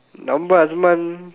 நம்ப:namba Asman